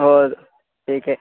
हो ठीक आहे